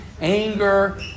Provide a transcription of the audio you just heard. anger